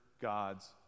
God's